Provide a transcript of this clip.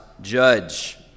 judge